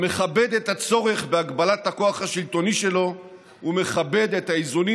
המכבד את הצורך בהגבלת הכוח השלטוני שלו ומכבד את האיזונים